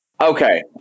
Okay